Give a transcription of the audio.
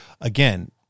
again